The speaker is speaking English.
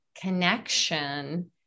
connection